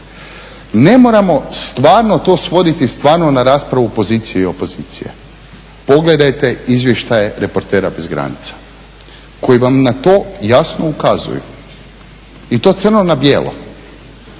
Ne moramo stvarno to svoditi stvarno na raspravu pozicije i opozicije. Pogledajte izvještaje reportera bez granica koji vam na to jasno ukazuju i to crno na bijelo.